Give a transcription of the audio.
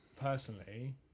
personally